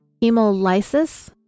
hemolysis